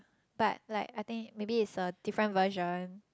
but like I think maybe it's a different version